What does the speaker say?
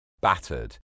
Battered